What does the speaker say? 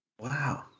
Wow